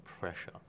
pressure